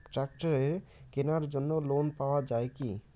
ট্রাক্টরের কেনার জন্য লোন পাওয়া যায় কি?